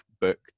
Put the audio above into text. book